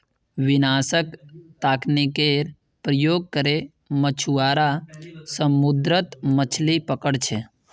विनाशक तकनीकेर प्रयोग करे मछुआरा समुद्रत मछलि पकड़ छे